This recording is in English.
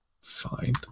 Fine